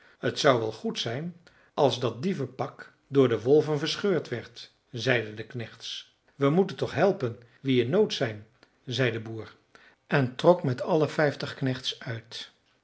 t zou wel goed zijn als dat dievenpak door de wolven verscheurd werd zeiden de knechts we moeten toch helpen wie in nood zijn zei de boer en trok met alle vijftig knechts uit